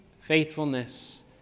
faithfulness